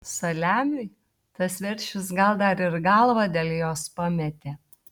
saliamiui tas veršis gal dar ir galvą dėl jos pametė